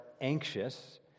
anxious